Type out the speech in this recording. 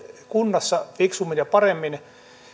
kunnassa fiksummin ja paremmin